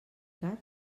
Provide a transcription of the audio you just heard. card